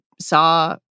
saw